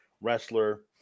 wrestler